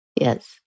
Yes